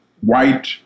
white